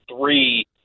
three